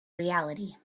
reality